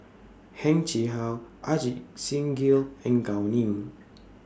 Heng Chee How Ajit Singh Gill and Gao Ning